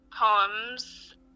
poems